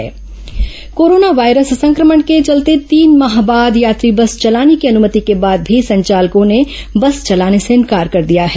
बस ऑपरेटर ज्ञापन coronavirus संक्रमण के चलते तीन माह बाद यात्री बस चलाने की अनुमति के बाद भी संचालकों ने बस चलाने से इंकार कर दिया है